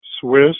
Swiss